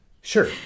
Sure